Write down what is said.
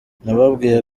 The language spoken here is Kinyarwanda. nababwiye